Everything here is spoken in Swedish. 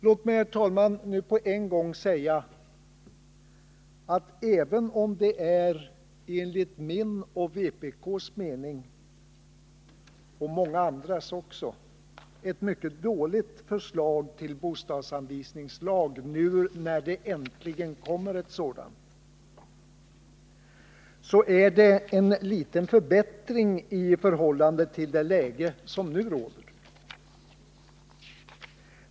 Låt mig, herr talman, nu på en gång säga att även om det enligt min och vpk:s och även många andras mening är ett mycket dåligt förslag till bostadsanvisningslag som föreligger, nu när det äntligen kommit ett sådant, så innebär det en liten förbättring i förhållande till vad som i dag råder.